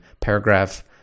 paragraph